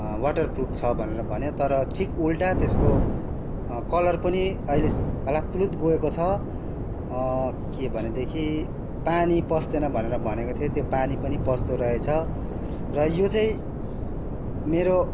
waterproof छ भनेर भन्यो तर ठिक उल्टा त्यसको कलर पनि अहिले पालात पुलुत गएको छ के भनेदेखि पानी पस्दैन भनेर भनेको थियो त्यो पानी पनि पस्दो रहेछ र यो चाहिँ मेरो